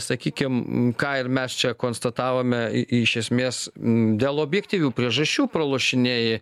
sakykim ką ir mes čia konstatavome i iš esmės dėl objektyvių priežasčių pralošinėji